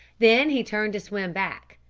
then he turned to swim back,